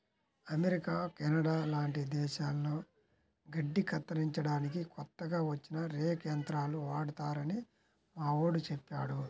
America, Canada లాంటి దేశాల్లో గడ్డి కత్తిరించడానికి కొత్తగా వచ్చిన రేక్ యంత్రాలు వాడతారని మావోడు చెప్పాడు